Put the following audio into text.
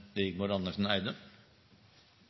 Rigmor Andersen